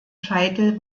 scheitel